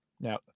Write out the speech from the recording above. Now